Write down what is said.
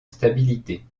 stabilité